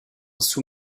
sous